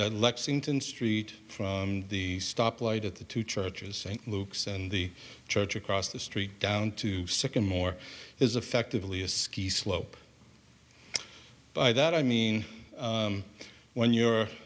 lexington street from the stoplight at the two churches st luke's and the church across the street down to sycamore is effectively a ski slope by that i mean when you're